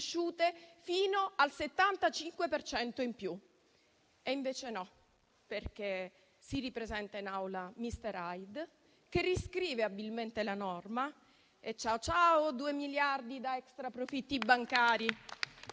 fino al 75 per cento in più. E invece no, perché si ripresenta in Aula mister Hyde, che riscrive abilmente la norma, e ciao ciao due miliardi da extraprofitti bancari.